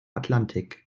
atlantik